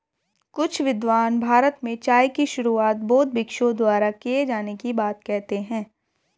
कुछ विद्वान भारत में चाय की शुरुआत बौद्ध भिक्षुओं द्वारा किए जाने की बात कहते हैं